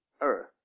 earth